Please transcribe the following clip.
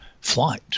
flight